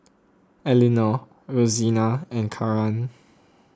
Elinore Rosina and Karan